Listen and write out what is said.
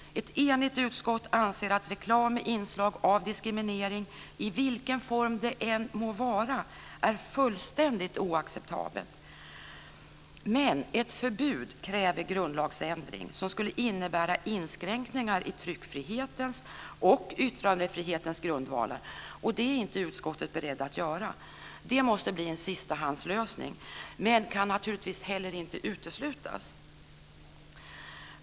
Ett enigt utskott anser att reklam med inslag av diskriminering, i vilken form den än må vara, är fullständigt oacceptabelt. Men ett förbud kräver en grundlagsändring som skulle innebära inskränkningar i tryckfrihetens och yttrandefrihetens grundvalar, och det är inte utskottet berett att göra. Det måste blir en sistahandslösning, men det kan naturligtvis heller inte uteslutas.